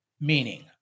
meaning